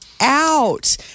out